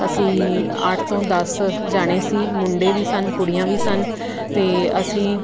ਅਸੀਂ ਅੱਠ ਤੋਂ ਦਸ ਜਾਣੇ ਸੀ ਮੁੰਡੇ ਵੀ ਸਨ ਕੁੜੀਆਂ ਵੀ ਸਨ ਅਤੇ ਅਸੀਂ